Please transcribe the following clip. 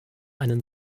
einen